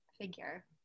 figure